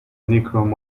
nichrome